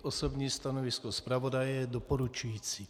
Osobní stanovisko zpravodaje je doporučující.